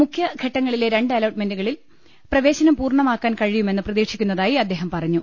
മുഖ്യഘട്ടങ്ങളിലെ രണ്ട് അലോട്ട്മെന്റുക ളിൽ പ്രവേശനം പൂർണമാക്കാൻ കഴിയുമെന്ന് പ്രതീക്ഷിക്കുന്ന തായി അദ്ദേഹം പറഞ്ഞു